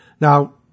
Now